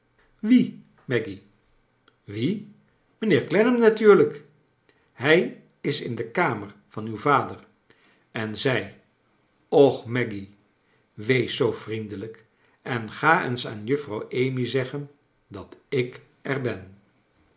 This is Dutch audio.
wie maggy wie mijnheer clennam natuurlijk hij is in de kamer van uw vader en zei och maggy wees zoo vriendelijk en ga eens aan juffrouw amy zeggen dat ik er ben